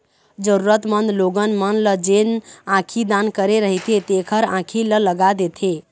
जरुरतमंद लोगन मन ल जेन आँखी दान करे रहिथे तेखर आंखी ल लगा देथे